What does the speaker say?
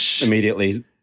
immediately